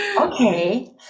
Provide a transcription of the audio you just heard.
Okay